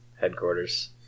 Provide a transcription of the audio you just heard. headquarters